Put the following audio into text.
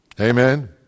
Amen